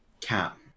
Cap